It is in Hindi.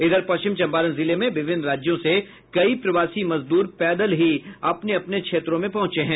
इधर पश्चिम चंपारण जिले में विभिन्न राज्यों से कई प्रवासी मजदूर पैदल ही अपने अपने क्षेत्रों में पहुंचे हैं